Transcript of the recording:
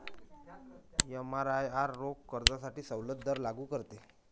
एमआरआयआर रोख कर्जासाठी सवलत दर लागू करते